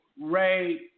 Ray